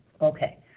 Okay